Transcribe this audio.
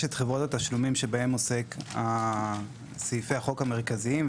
יש את חברות התשלומים שבהם עוסקים סעיפי החוק המרכזיים,